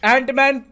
Ant-Man